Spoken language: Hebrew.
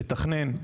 לתכנן,